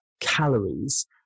calories